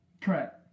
correct